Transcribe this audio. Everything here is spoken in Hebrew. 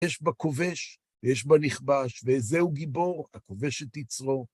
יש בה כובש ויש בה נכבש, וזהו גיבור הכובש את יצרו.